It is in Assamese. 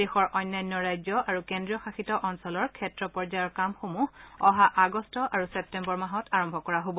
দেশৰ অন্যান্য ৰাজ্য আৰু কেন্দ্ৰীয় শাসিত অঞ্চলৰ ক্ষেত্ৰ পৰ্যায়ৰ কামসমূহ অহা আগষ্ট আৰু ছেপ্টেম্বৰ মাহত আৰম্ভ কৰা হ'ব